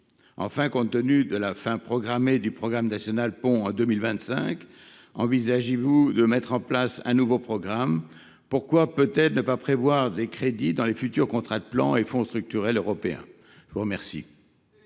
ministre, compte tenu de la fin programmée du programme national Ponts en 2025, envisagez vous de mettre en place un nouveau programme ? Pourquoi ne pas prévoir des crédits dans les futurs contrats de plans et fonds structurels européens ? Excellente